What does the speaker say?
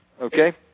Okay